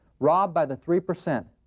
robbed by the three percent.